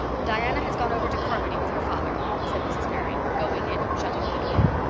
diana has gone over to carmody with her father, said mrs. barry, going in and shutting the door.